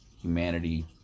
humanity